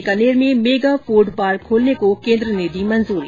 बीकानेर में mega food park खोलने को केन्द्र ने दी मंजूरी